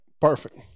perfect